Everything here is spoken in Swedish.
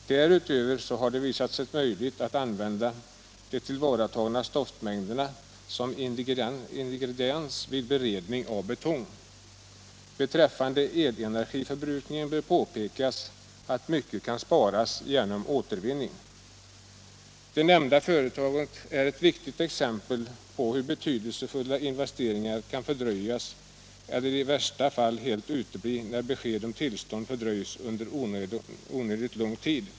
Därutöver har det visat sig möjligt att använda de tillvaratagna stoftmängderna som ingrediens vid beredning av betong. Beträffande elenergiförbrukningen bör påpekas att mycket kan sparas genom återvinning. Det nämnda företaget är ett viktigt exempel på hur betydelsefulla in vesteringar kan fördröjas eller i värsta fall helt utebli, när besked om Nr 89 tillstånd fördröjs under onödigt lång tid.